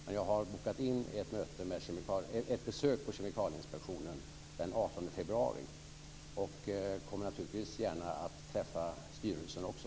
Men jag har bokat in ett besök på Kemikalieinspektionen den 18 februari och träffar naturligtvis gärna styrelsen också.